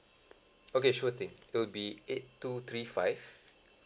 okay sure thing it'll be eight two three five